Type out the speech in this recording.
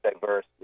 diverse